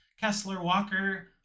Kessler-Walker